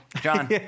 John